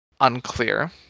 unclear